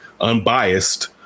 unbiased